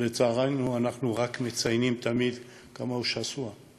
שלצערנו אנחנו רק מציינים תמיד כמה הוא שסוע.